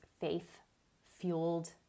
faith-fueled